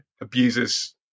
abuses